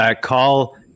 call –